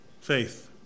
faith